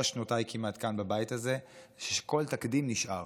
שנותיי כמעט כאן בבית הזה זה שכל תקדים נשאר.